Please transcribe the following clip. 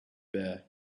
bare